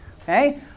okay